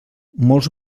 molts